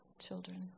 children